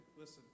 listen